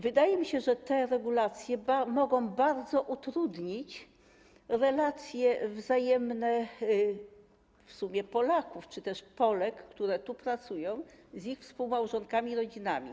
Wydaje mi się, że te regulacje mogą bardzo utrudnić relacje wzajemne w sumie Polaków czy też Polek, które tu pracują, z ich współmałżonkami i rodzinami.